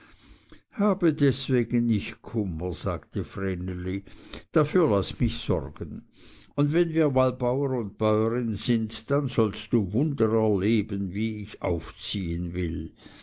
habe deswegen nicht kummer sagte vreneli dafür laß mich sorgen und wenn wir mal bauer und bäurin sind dann sollst du wunder erleben wie ich aufziehen will